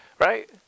right